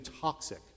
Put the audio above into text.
toxic